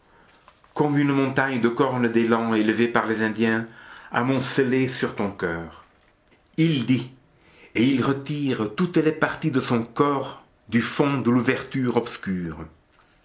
comme une montagne de cornes d'élan élevée par les indiens amoncelée sur ton coeur il dit et il retire toutes les parties de son corps du fond de l'ouverture obscure